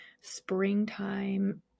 springtime